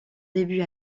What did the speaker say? début